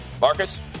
Marcus